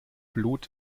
blut